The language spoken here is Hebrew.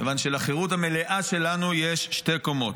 כיוון שלחירות המלאה שלנו יש שתי קומות.